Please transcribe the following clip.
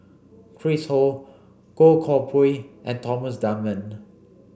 Chris Ho Goh Koh Pui and Thomas Dunman